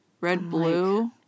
Red-blue